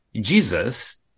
Jesus